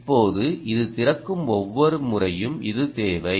இப்போது இது திறக்கும் ஒவ்வொரு முறையும் இது தேவை